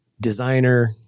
designer